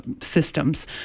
systems